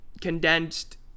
condensed